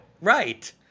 Right